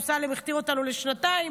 אמסלם הכתיר אותנו לשנתיים.